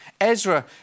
Ezra